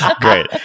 Great